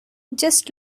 just